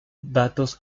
datos